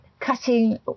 cutting